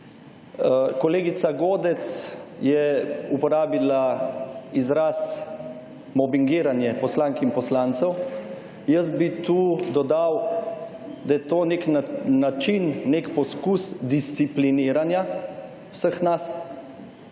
Kolegica Godec je uporabila izraz mobingiranje poslank in poslancev, jaz bi tu dodal, da je to nek način, nek poskus discipliniranja vseh nas.